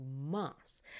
months